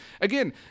Again